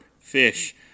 fish